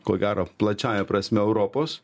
ko gero plačiąja prasme europos